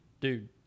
dude